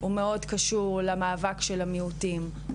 הוא קשור מאוד למאבק של המיעוטים,